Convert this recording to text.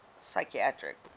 psychiatric